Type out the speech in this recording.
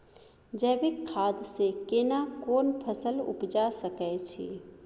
जैविक खाद से केना कोन फसल उपजा सकै छि?